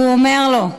והוא אומר לו: